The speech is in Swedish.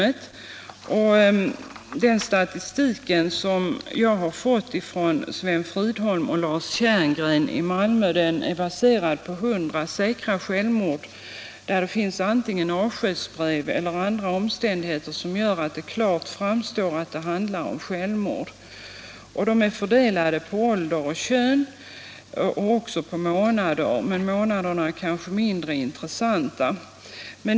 Underlaget för programmet var en statistik, som man hade fått av Malmö polisdistrikt. Denna statistik, som jag alltså har fått från Sven Fridholm och Lars Tjerngren, är baserad på 100 säkra självmord där antingen ett avskedsbrev eller andra omständigheter klart visar att det handlar om självmord. Fallen är fördelade på ålder och kön samt även på månader — det senare är kanske mindre intressant.